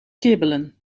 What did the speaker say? kibbelen